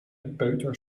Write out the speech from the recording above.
peuter